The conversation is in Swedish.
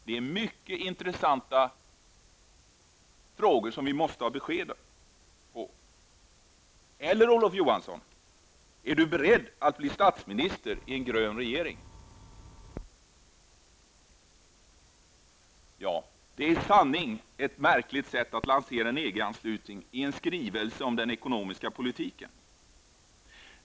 Det är mycket intressanta frågor som vi måste ha besked i. Är Olof Johansson beredd att bli statsminister i en grön regeringen? Det är i sanning ett märkligt sätt att lansera en EG anslutning i en skrivelse om den ekonomiska politiken.